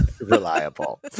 Reliable